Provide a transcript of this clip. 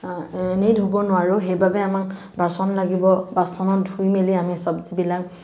এনেই ধুব নোৱাৰো সেইবাবে আমাক বাচন লাগিব বাচনত ধুই মেলি আমি চবজিবিলাক